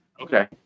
Okay